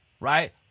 right